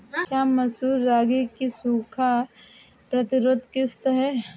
क्या मसूर रागी की सूखा प्रतिरोध किश्त है?